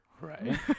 Right